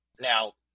Now